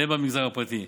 והן במגזר הפרטי.